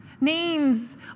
Names